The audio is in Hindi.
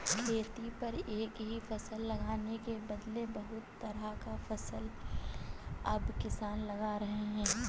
खेती पर एक ही फसल लगाने के बदले बहुत तरह का फसल अब किसान लगा रहे हैं